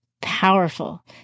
powerful